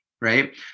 right